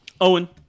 Owen